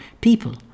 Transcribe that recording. people